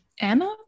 Anna